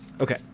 okay